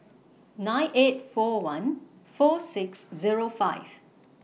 nine eight four one four six Zero five